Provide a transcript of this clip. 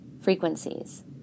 frequencies